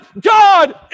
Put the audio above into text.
God